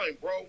bro